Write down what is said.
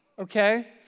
okay